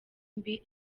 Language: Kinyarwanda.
mbi